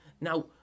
Now